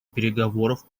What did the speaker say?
переговоров